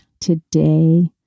today